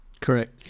Correct